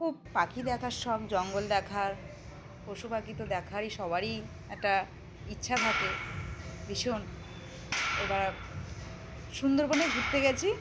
খুব পাখি দেখার শখ জঙ্গল দেখার পশু পাখি তো দেখারই সবারই একটা ইচ্ছা থাকে ভীষণ এ বার সুন্দরবনেই ঘুরতে গিয়েছি